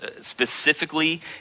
specifically